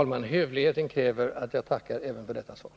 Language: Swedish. Herr talman! Hövligheten kräver att jag tackar även för detta svar.